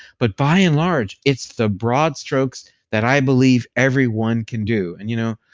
but by and large, it's the broad strokes that i believe everyone can do. and you know,